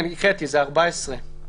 אבל גם עכשיו אני מטיל ספק בצורך